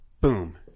boom